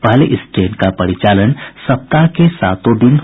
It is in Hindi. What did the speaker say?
पहले इस ट्रेन का परिचालन सप्ताह के सातों दिन होता था